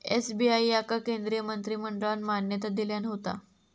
SBI याका केंद्रीय मंत्रिमंडळान मान्यता दिल्यान होता